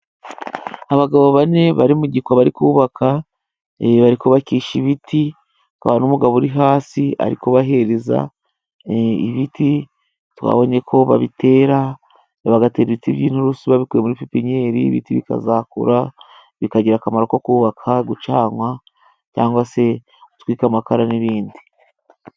Abagabo bane bari mu gikwa bari kuba bubaka, bari kubakisha ibiti, hakaba hari umugabo uri hasi ari kubahereza. Ibiti twabonye ko babitera, bagatera ibiti by'inturusu babikuye muri pipiniyeri, ibiti bikazakura bikagira akamaro ko kubaka, gucanwa cyangwa se gutwika amakara n'ibindi.